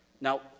now